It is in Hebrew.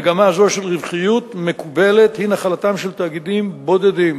מגמה זו של רווחיות מקובלת היא נחלתם של תאגידים בודדים,